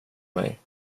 mig